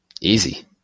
easy